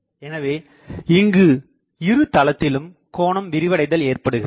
எனவே இங்கு இரு தளத்திலும் கோணம் விரிவடைதல் ஏற்படுகிறது